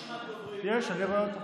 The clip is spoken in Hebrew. אין רשימת דוברים.